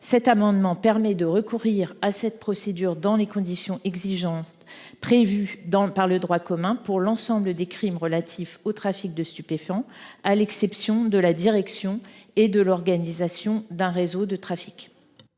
le champ d’application de ladite procédure, selon les conditions exigeantes prévues par le droit commun, à l’ensemble des crimes relatifs au trafic de stupéfiants, à l’exception de la direction et de l’organisation d’un réseau de trafic.